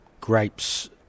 grapes